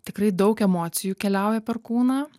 tikrai daug emocijų keliauja per kūną